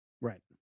Right